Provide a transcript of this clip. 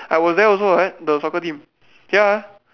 I was there also [what] the soccer team ya